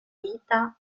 vita